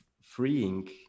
freeing